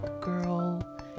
girl